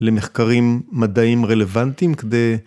‫למחקרים מדעיים רלוונטיים כדי...